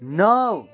نَو